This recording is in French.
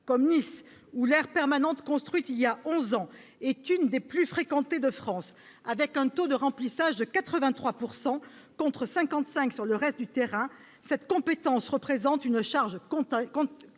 comme Nice, où l'aire permanente, construite il y a 11 ans, est l'une des plus fréquentées de France, avec un taux de remplissage de 83 %, contre 55 % sur le reste du territoire, cette compétence représente une charge constante,